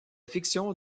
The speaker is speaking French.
fiction